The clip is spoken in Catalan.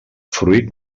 fruit